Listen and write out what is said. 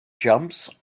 jumps